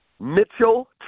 Mitchell